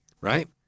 right